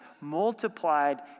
multiplied